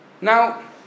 Now